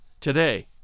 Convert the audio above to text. today